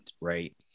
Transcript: right